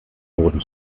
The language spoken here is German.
boden